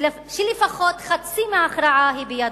שלפחות חצי מההכרעה היא בידו.